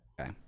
okay